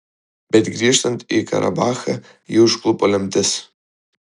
bet grįžtant į karabachą jį užklupo lemtis